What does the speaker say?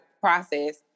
process